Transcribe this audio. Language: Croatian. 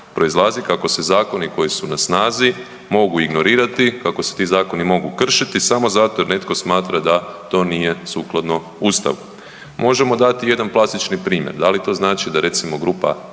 proizlazi kako se zakoni koji su na snazi mogu ignorirati, kako se ti zakoni mogu kršiti samo zato jer netko smatra da to nije sukladno Ustavu. Možemo dati jedan plastični primjer, da li to znači da recimo grupa